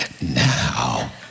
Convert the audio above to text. Now